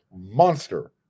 monster